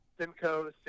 Simcoe